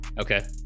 okay